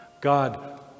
God